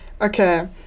Okay